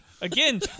Again